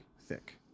thick